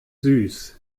süß